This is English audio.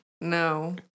No